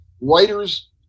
Writers –